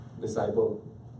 disciple